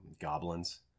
Goblins